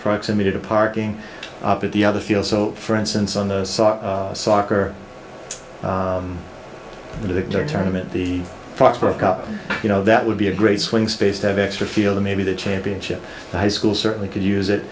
proximity to parking up at the other fields so for instance on the soccer the tournaments the foxboro cup you know that would be a great swing space to have extra field or maybe the championship high school certainly could use it